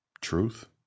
truth